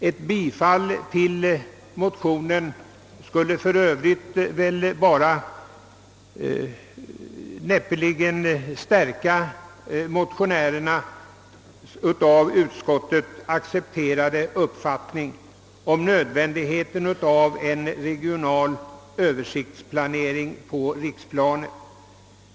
Ett sådant bifall skulle för övrigt näppeligen stärka motionärernas av utskottet accepterade uppfattning om nödvändigheten av en regional översiktsplanering på riksplanet.